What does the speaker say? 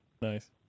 Nice